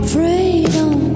Freedom